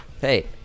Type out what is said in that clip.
Hey